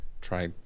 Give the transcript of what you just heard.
Try